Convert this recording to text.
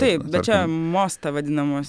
taip bet čia mosta vadinamas